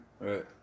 Right